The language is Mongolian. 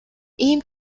ийм